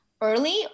early